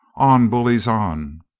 on, bullies, on!